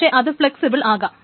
പക്ഷേ അത് ഫെളക്സിബിൾ ആകാം